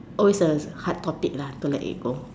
always a hard topic lah to let it go